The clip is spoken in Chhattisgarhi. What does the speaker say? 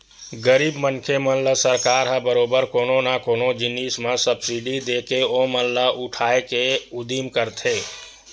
गरीब मनखे मन ल सरकार ह बरोबर कोनो न कोनो जिनिस मन म सब्सिडी देके ओमन ल उठाय के उदिम करथे